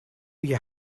you